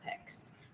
picks